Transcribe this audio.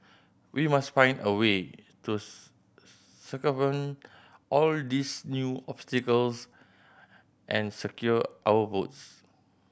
we must find a way to circumvent all these new obstacles and secure our votes